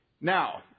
Now